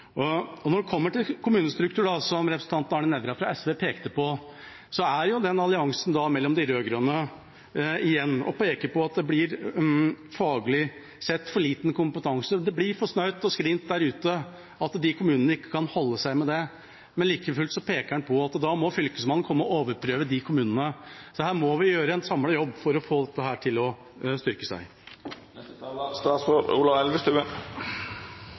Når vi kommer til kommunestruktur, som representanten Arne Nævra fra SV pekte på, er alliansen mellom de rød-grønne der igjen og peker på at det faglig sett blir for lite kompetanse, det blir for snaut og skrint der ute, til at de kommunene ikke kan holde seg med det. Like fullt peker man på at da må Fylkesmannen komme og overprøve de kommunene. Her må vi gjøre en samlet jobb for å få dette til å styrke seg.